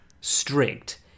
strict